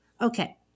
Okay